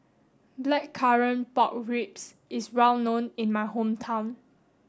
Blackcurrant Pork Ribs is well known in my hometown